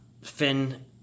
Finn